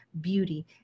beauty